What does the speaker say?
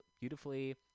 beautifully